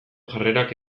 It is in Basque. jarrerak